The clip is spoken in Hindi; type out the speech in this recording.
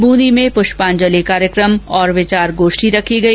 बुंदी में पृष्पांजलि कार्यक्रम और विचार गोष्ठी रखी गई